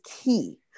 key